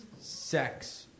Sex